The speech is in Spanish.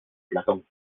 platón